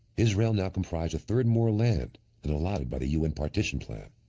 israel now comprised a third more land than allotted by the u n. partition plan.